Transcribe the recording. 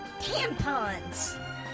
Tampons